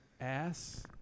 ass